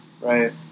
Right